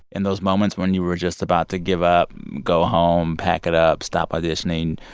in those moments when you were just about to give up, go home, pack it up, stop auditioning,